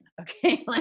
Okay